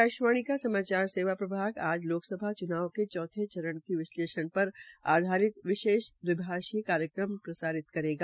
आकाशवाणी का समाचार सेवा प्रभाग आज लोकसभा च्नाव के चौथे चरण की विश्लेषण पर आधारित विशेष दविभाषीय कार्यक्रम प्रसारित करेगा